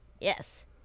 Yes